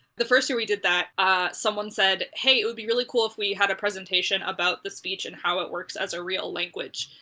the first year we did that, ah someone said, hey it would be really cool if we had a presentation about the speech and how it works as a real language.